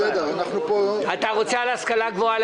אתה רוצה להגיד משהו על ההשכלה הגבוהה?